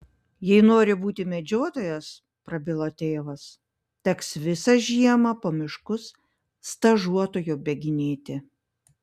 jei nori būti medžiotojas prabilo tėvas teks visą žiemą po miškus stažuotoju bėginėti